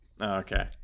Okay